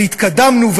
התקדמנו,